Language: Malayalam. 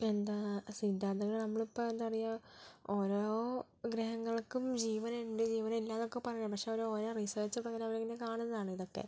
ഇപ്പം എന്താ സിദ്ധാന്തങ്ങൾ നമ്മൾ ഇപ്പം എന്താ പറയുക ഓരോ ഗ്രഹങ്ങൾക്കും ജീവനുണ്ട് ജിവനില്ല എന്നൊക്കെ പറയാറുണ്ട് പക്ഷേ അത് ഓരോ റിസർച്ച് പ്രകാരം കാണുന്നതാണ് ഇതൊക്കെ